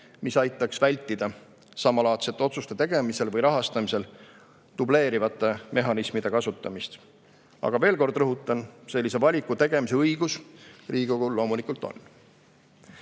mis aitaks vältida samalaadsete otsuste tegemisel või rahastamisel dubleerivate mehhanismide kasutamist. Aga veel kord rõhutan, et sellise valiku tegemise õigus Riigikogul loomulikult on.